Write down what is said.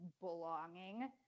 belonging